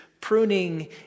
pruning